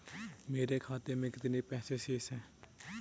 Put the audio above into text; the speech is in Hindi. मेरे खाते में कितने पैसे शेष हैं?